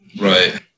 Right